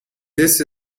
this